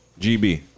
gb